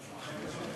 בבקשה, חבר הכנסת